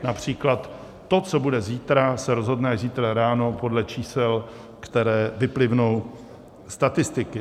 Například to, co bude zítra, se rozhodne až zítra ráno podle čísel, která vyplivnou statistiky.